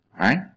right